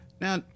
Now